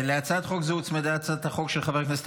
להצעת חוק זו הוצמדה הצעת החוק של חבר הכנסת